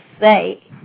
say